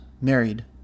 married